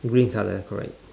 green colour correct